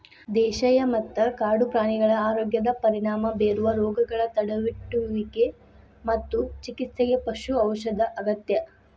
ದೇಶೇಯ ಮತ್ತ ಕಾಡು ಪ್ರಾಣಿಗಳ ಆರೋಗ್ಯದ ಪರಿಣಾಮ ಬೇರುವ ರೋಗಗಳ ತಡೆಗಟ್ಟುವಿಗೆ ಮತ್ತು ಚಿಕಿತ್ಸೆಗೆ ಪಶು ಔಷಧ ಅಗತ್ಯ